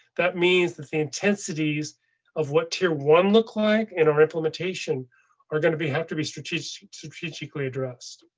that means that the intensities of what tier one look like in our implementation are going to be have to be strategically strategically addressed.